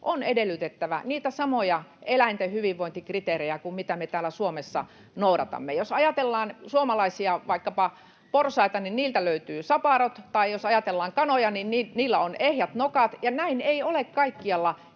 on edellytettävä niitä samoja eläinten hyvinvointikriteerejä, mitä me täällä Suomessa noudatamme. Jos ajatellaan vaikkapa suomalaisia porsaita, niin niiltä löytyy saparot, tai jos ajatellaan kanoja, niin niillä on ehjät nokat, [Petri Hurun välihuuto]